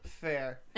Fair